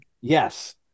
yes